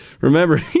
Remember